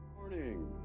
morning